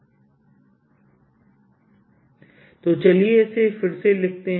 B0j BdlBdS0JrdS0Ienclosed तो चलिए इसे फिर से लिखते हैं